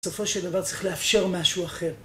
בסופו של דבר צריך לאפשר משהו אחר.